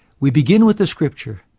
we begin with the scripture.